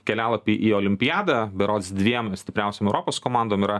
kelialapį į olimpiadą berods dviem stipriausiom europos komandom yra